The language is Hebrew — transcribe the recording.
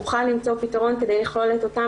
נוכל למצוא פתרון כדי לכלול את אותם